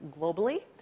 globally